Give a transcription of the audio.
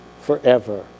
forever